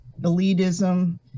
elitism